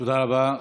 תודה רבה.